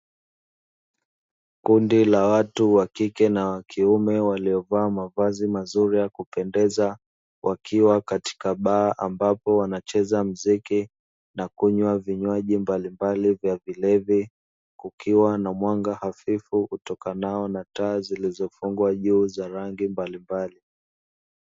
Kundi la watu wa kike na kiume waliovaa mavazi mazuri ya kupendeza wakiwa katika baa ambapo wanacheza mziki, na kunywa vinywaji mbalimbali vya vilevi kukiwa na mwanga hafifu utokana nao na taa zilizofungwa juu za rangi mbalimbali.